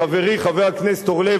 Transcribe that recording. חברי חבר הכנסת אורלב,